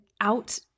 out